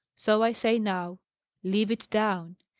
so i say now live it down.